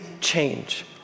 change